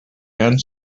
and